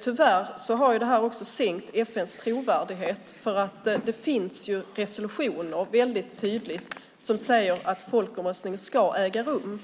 Tyvärr har det också minskat FN:s trovärdighet, för det finns ju resolutioner som tydligt säger att en folkomröstning ska äga rum.